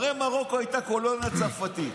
הרי מרוקו הייתה קולוניה צרפתית